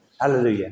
Hallelujah